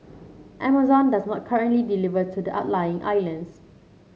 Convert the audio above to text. Amazon does not currently deliver to the outlying islands